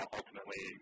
ultimately